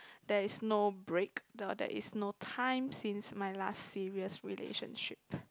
there is no break the there is no time since my last serious relationship